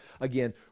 Again